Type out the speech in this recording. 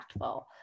impactful